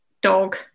dog